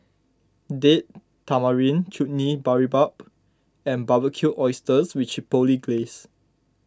Date Tamarind Chutney Boribap and Barbecued Oysters with Chipotle Glaze